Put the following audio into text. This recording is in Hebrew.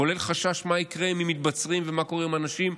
כולל חשש מה יקרה אם הם מתבצרים ומה קורה עם הנשים,